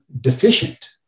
deficient